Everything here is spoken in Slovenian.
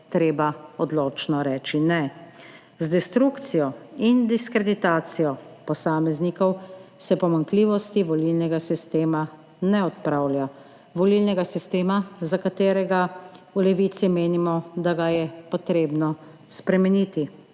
treba odločno reči ne. Z destrukcijo in diskreditacijo posameznikov se pomanjkljivosti volilnega sistema ne odpravlja. Volilnega sistema, za katerega v Levici menimo, da ga je potrebno spremeniti,